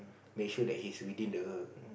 make sure that he's within the